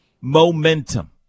Momentum